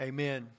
Amen